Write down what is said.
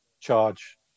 charge